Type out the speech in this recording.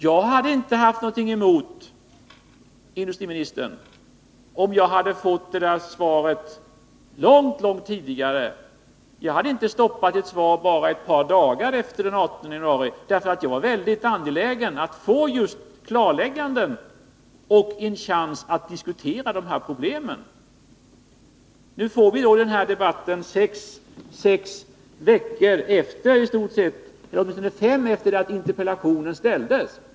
Jag hade inte haft någonting emot att få svaret långt tidigare. Jag hade inte sagt nej till ett svar bara ett par dagar efter den 18 januari, för jag var väldigt angelägen att få dessa klarlägganden och en chans att diskutera problemen. Nu får vi debatten över fem veckor efter det att interpellationen framställdes.